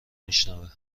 میشنوه